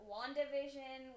WandaVision